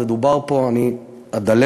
זה דובר פה, אני אדלג.